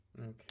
okay